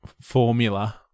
formula